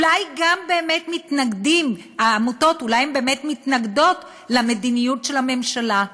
אולי העמותות באמת מתנגדות למדיניות של הממשלה?